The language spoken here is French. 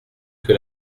que